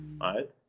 right